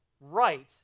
right